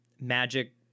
magic